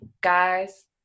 guys